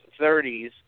30s